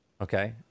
okay